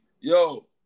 Yo